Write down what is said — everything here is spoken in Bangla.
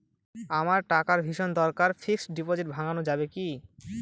আমার টাকার ভীষণ দরকার ফিক্সট ডিপোজিট ভাঙ্গানো যাবে কি?